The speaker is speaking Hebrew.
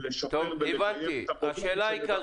שהוצג לך,